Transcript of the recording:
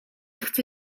chce